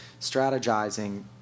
strategizing